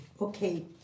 Okay